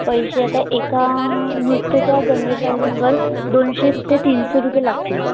पैसे आता एका नृत्याच्या गणवेशांवर दोनशे ते तीनशे रुपये लागतील